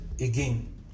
again